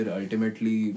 ultimately